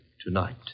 tonight